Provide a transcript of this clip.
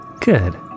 Good